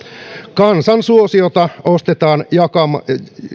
kansansuosiota ostetaan jakamalla